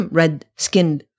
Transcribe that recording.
red-skinned